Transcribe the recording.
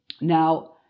Now